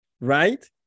right